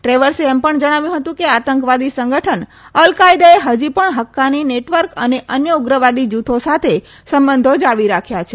દ્રેવર્સે એમ પણ જણાવ્યું હતું કે આતંકવાદી સંગઠન અલકાયદાએ હજી પણ હક્કાની નેટવર્ક અને અન્ય ઉગ્રવાદી જૂથો સાથે સંબંધો જાળવી રાખ્યા છે